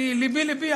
לבי-לבי,